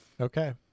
Okay